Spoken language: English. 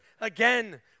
again